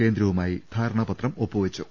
കേന്ദ്രവുമായി ധാരണാപത്രം ഒപ്പുവെച്ചു